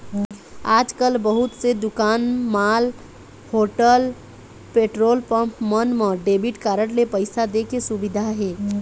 आजकाल बहुत से दुकान, मॉल, होटल, पेट्रोल पंप मन म डेबिट कारड ले पइसा दे के सुबिधा हे